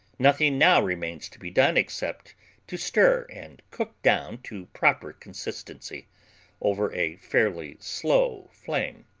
nothing now remains to be done except to stir and cook down to proper consistency over a fairly slow flame.